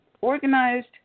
organized